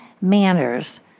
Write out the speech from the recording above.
Manners